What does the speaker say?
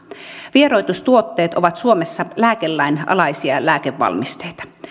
vieroitustuotteet ovat suomessa lääkelain alaisia lääkevalmisteita